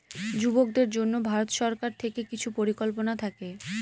যুবকদের জন্য ভারত সরকার থেকে কিছু পরিকল্পনা থাকে